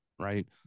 right